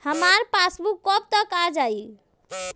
हमार पासबूक कब तक आ जाई?